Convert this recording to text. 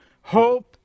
hope